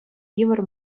йывӑр